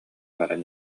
баран